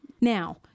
Now